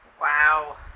Wow